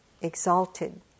exalted